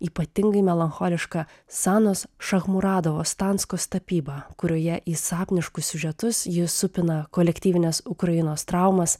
ypatingai melancholiška sanos šachmuradavos stanskos tapyba kurioje į sapniškus siužetus ji supina kolektyvines ukrainos traumas